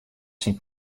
syn